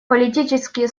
политические